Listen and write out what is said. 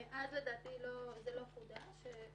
מאז, לדעתי, זה לא חודש.